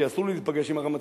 כי אסור לי להיפגש עם הרמטכ"ל,